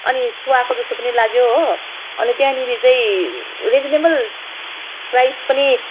अनि सुहाएको जस्तो पनि लाग्यो हो अनि त्यहाँनेरि चाहिँ रिजनेबल प्राइस पनि